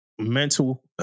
mental